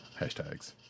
Hashtags